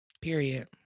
Period